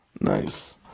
Nice